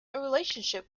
relationship